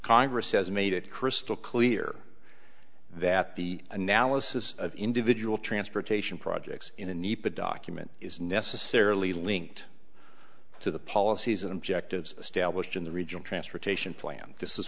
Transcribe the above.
congress has made it crystal clear that the analysis of individual transportation projects in a nepa document is necessarily linked to the policies and objectives established in the regional transportation plan this is